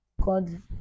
god